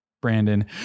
Brandon